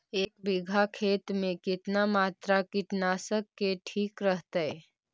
एक बीघा खेत में कितना मात्रा कीटनाशक के ठिक रहतय?